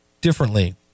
differently